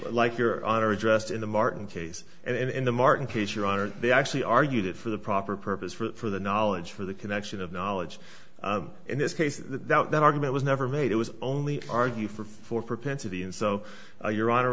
like your honor addressed in the martin case and in the martin case your honor they actually argued it for the proper purpose for the knowledge for the connection of knowledge in this case that argument was never made it was only argue for four propensity and so your hon